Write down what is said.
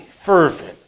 fervent